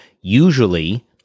usually